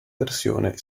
versione